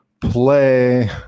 play